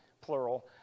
plural